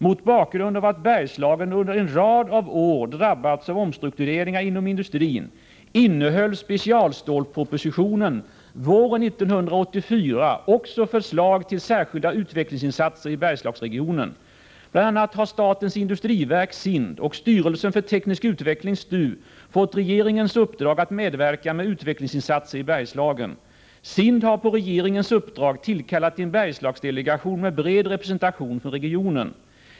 Mot bakgrund av att Bergslagen under en rad av år drabbats av omstruktureringar inom industrin innehöll specialstålspropositionen våren 1984 också förslag till särskilda utvecklingsinsatser i Bergslagsregionen. Bl.a. har statens industriverk och styrelsen för teknisk utveckling fått regeringens uppdrag att medverka med utvecklingsinsatser i Bergslagen. SIND har på regeringens uppdrag tillkallat en Bergslagsdelegation med bred representation från regionen.